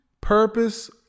Purpose